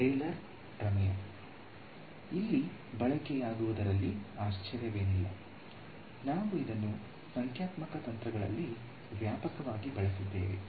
Taylor ಪ್ರಮೇಯವು Taylor's theorem ಇಲ್ಲಿ ಬಳಕೆಯಾಗುವುದರಲ್ಲಿ ಆಶ್ಚರ್ಯವೇನಿಲ್ಲ ನಾವು ಇದನ್ನು ಸಂಖ್ಯಾತ್ಮಕ ತಂತ್ರಗಳಲ್ಲಿ ವ್ಯಾಪಕವಾಗಿ ಬಳಸಿದ್ದೇವೆ